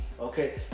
okay